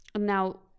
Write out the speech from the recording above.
Now